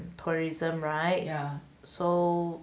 tourism right so